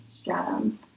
stratum